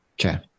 Okay